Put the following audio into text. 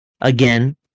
again